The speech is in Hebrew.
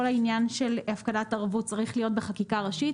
כל העניין של הפקדת ערבות צריך להיות בחקיקה ראשית,